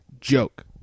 joke